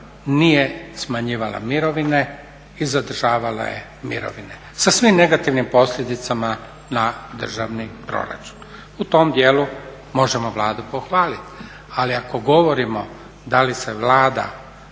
nije smanjivala mirovine i zadržavala je mirovine sa svim negativnim posljedicama na državni proračun. U tom dijelu možemo Vladu pohvaliti, ali ako govorimo da li se Vlada